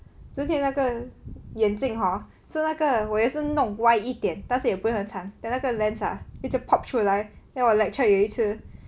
之前那个眼镜 hor 是那个我也是弄歪一点但是也不会很惨 then 那个 lens ah 一直 pop 出来 then 我有一次